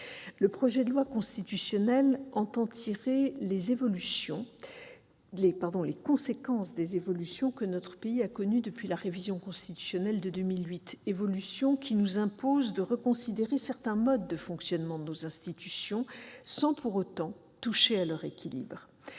Le projet de loi constitutionnelle entend tirer les conséquences des évolutions que notre pays a connues depuis la révision constitutionnelle de 2008, évolutions qui nous imposent de reconsidérer certains modes de fonctionnement de nos institutions, sans pour autant toucher à leur équilibre.